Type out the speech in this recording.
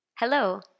Hello